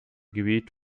gebiet